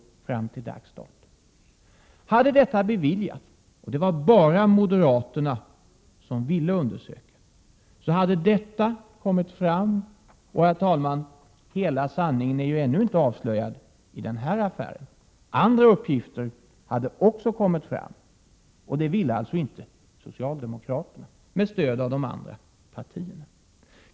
Hade den granskningen beviljats — det var bara moderaterna som ville göra den — hade detta kommit fram. Och, herr talman, hela sanningen i den här affären är ju ännu inte avslöjad. Andra uppgifter hade också kommit fram. Det ville alltså inte socialdemokraterna, med stöd av de andra partierna.